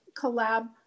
collab